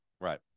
Right